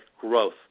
growth